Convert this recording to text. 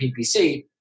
PPC